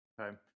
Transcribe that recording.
Okay